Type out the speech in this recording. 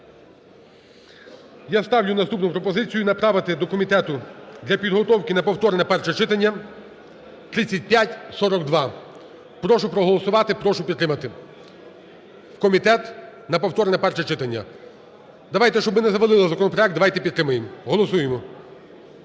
Я ставлю наступну пропозицію: направити до комітету для підготовки на повторне перше читання 3542. Прошу проголосувати, прошу підтримати. У комітет на повторне перше читання давайте, щоб ми не завалили законопроект давайте підтримаємо. Голосуємо.